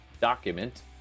document